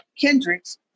Kendricks